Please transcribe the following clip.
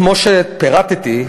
כמו שפירטתי,